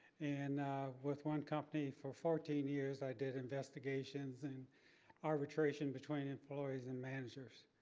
and with one company for fourteen years, i did investigations and arbitration between employees and managers.